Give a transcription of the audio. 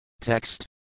Text